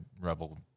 rebel